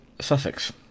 Sussex